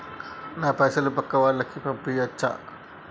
నా పైసలు పక్కా వాళ్ళకు పంపియాచ్చా?